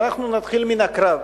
ואנחנו נתחיל מן הקרב.